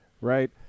Right